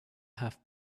have